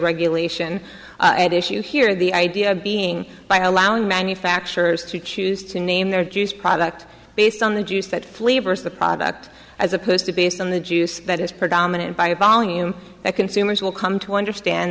regulation and issue here the idea being by allowing manufacturers to choose to name their juice product based on the juice that flavors the product as opposed to based on the juice that is predominant by volume that consumers will come to understand